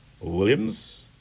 Williams